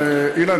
אילן,